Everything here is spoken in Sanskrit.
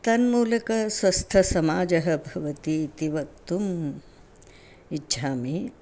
तन्मूलकः स्वस्थसमाजः भवति इति वक्तुम् इच्छामि